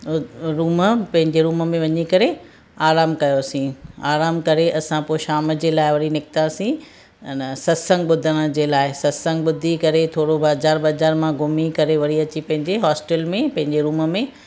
room पंहिंजे room में वञी करे आरामु कयोसीं आरामु करे असां पोइ शाम जे लाइ वरी निकितासीं इन सतसंगु ॿुधण जे लाइ सतसंगु ॿुधी करे थोरो बाज़ारि वाजारि मां घुमी करे वरी अची पंहिंजे हॉस्टल में पंहिंजे रुम में